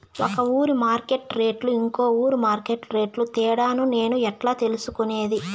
ఒక ఊరి మార్కెట్ రేట్లు ఇంకో ఊరి మార్కెట్ రేట్లు తేడాను నేను ఎట్లా తెలుసుకునేది?